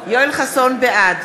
יואל חסון, בעד